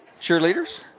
cheerleaders